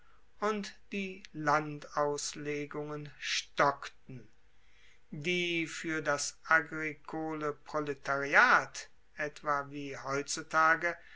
und die landauslegungen stockten die fuer das agrikole proletariat etwa wie heutzutage